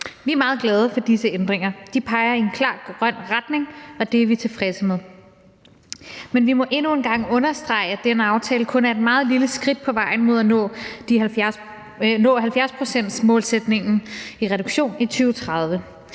Vi er meget glade for disse ændringer. De peger i en klar grøn retning, og det er vi tilfredse med. Men vi må endnu en gang understrege, at den aftale kun er et meget lille skridt på vejen mod at nå 70-procentsmålsætningen i forhold til reduktion i 2030.